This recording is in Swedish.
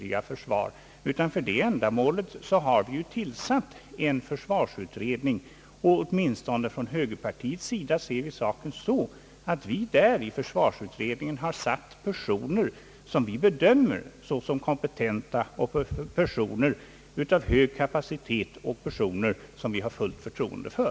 För det ändamålet har vi tillsatt en försvarsutredning. Åtminstone från högerpartiets sida ser vi saken så. Vi har i försvarsutredningen satt personer av hög kapacitet som vi bedömer kompetenta och som vi har fullt förtroende för.